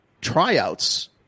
tryouts